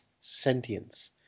sentience